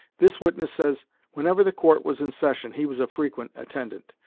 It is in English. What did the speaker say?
this witness says whenever the court was in session he was a frequent attendant.